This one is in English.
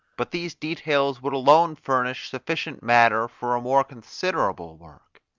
but these details would alone furnish sufficient matter for a more considerable work,